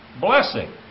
blessing